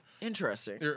Interesting